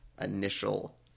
initial